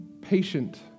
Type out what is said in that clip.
patient